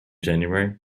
january